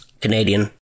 Canadian